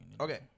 Okay